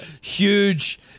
Huge